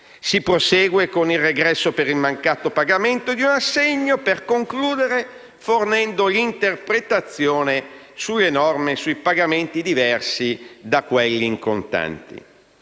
proseguendo con il regresso per il mancato pagamento di un assegno bancario e - per concludere - fornendo l'interpretazione alle norme sui pagamenti diversi da quelli in contanti.